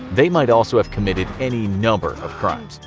they might also have committed any number of crimes.